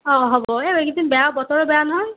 অ হ'ব এইকেইদিন বেয়া বতৰো বেয়া নহয়